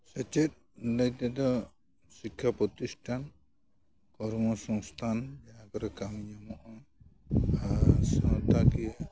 ᱥᱮᱪᱮᱫ ᱞᱟᱹᱭ ᱛᱮᱫᱚ ᱥᱤᱠᱠᱷᱟ ᱯᱨᱚᱛᱤᱥᱴᱷᱟᱱ ᱠᱚᱨᱢᱚ ᱥᱚᱝᱥᱛᱷᱟᱱ ᱠᱚᱨᱮ ᱠᱟᱹᱢᱤ ᱧᱟᱢᱚᱜᱼᱟ ᱟᱨ ᱥᱟᱶᱛᱟᱠᱤᱭᱟᱹ